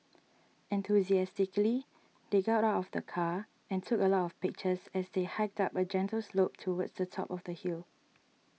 enthusiastically they got out of the car and took a lot of pictures as they hiked up a gentle slope towards the top of the hill